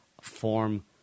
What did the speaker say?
form